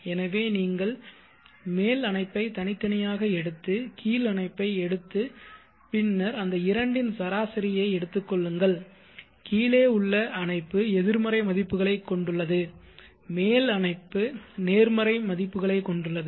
எனவே நீங்கள் மேல் அணைப்பை தனித்தனியாக எடுத்து கீழ் அணைப்பை எடுத்து பின்னர் அந்த இரண்டின் சராசரியை எடுத்துக் கொள்ளுங்கள் கீழே உள்ள அணைப்பு எதிர்மறை மதிப்புகளைக் கொண்டுள்ளது மேல் அணைப்பு நேர்மறை மதிப்புகளைக் கொண்டுள்ளது